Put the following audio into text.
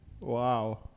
Wow